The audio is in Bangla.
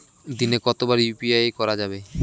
দিনে কতবার ইউ.পি.আই করা যাবে?